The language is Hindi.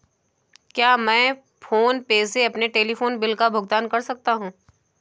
क्या मैं फोन पे से अपने टेलीफोन बिल का भुगतान कर सकता हूँ?